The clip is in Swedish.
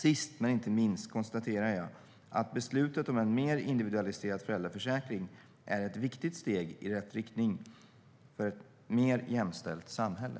Sist men inte minst konstaterar jag att beslutet om en mer individualiserad föräldraförsäkring är ett viktigt steg i rätt riktning för ett mer jämställt samhälle.